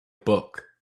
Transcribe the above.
book